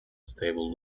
stable